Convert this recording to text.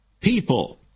people